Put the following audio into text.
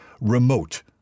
remote